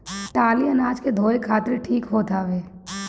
टाली अनाज के धोए खातिर ठीक होत ह